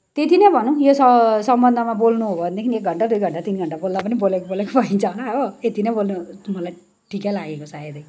त्यत्ति नै भनौँ यो स सम्बन्धमा बोल्नु हो भनेदेखिन एक घन्टा दुई घन्टा तिन घन्टा बोल्दा पनि बोलेको बोलेकै भइन्छ होला हो यत्ति नै बोल्न भनेको मलाई ठिकै लागेको सायदै